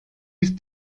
ist